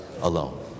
alone